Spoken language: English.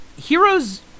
Heroes